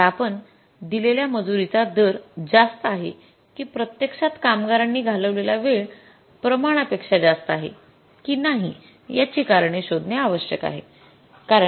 आता आपण दिलेला मजुरीचा दर जास्त आहे की प्रत्यक्षात कामगारांनी घालवलेला वेळ प्रमाणापेक्षा जास्त आहे की नाही याचे कारण शोधणे आवश्यक आहे